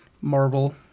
Marvel